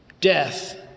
death